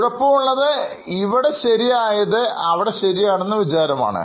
കുഴപ്പം ഉള്ളത് ഇവിടെ ശരിയായത് അവിടെ ശരിയാണ് എന്ന വിചാരമാണ്